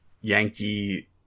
Yankee